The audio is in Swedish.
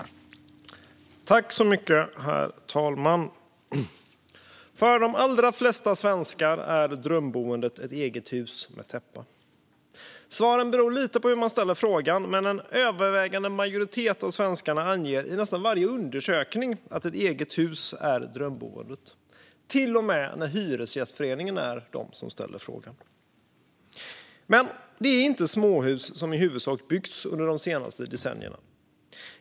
För de allra flesta svenskar är drömboendet ett eget hus med täppa. Svaren beror lite på hur man ställer frågan, men en övervägande majoritet av svenskarna anger i nästan varje undersökning att ett eget hus är drömboendet - till och med när Hyresgästföreningen ställer frågan. Men det är inte småhus som i huvudsak byggts under de senaste decennierna.